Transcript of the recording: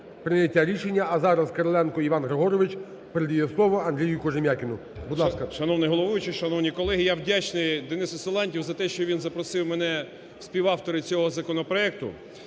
прийняття рішення. А зараз Кириленко Іван Григорович передаю слово Андрію Кожем'якіну, будь ласка.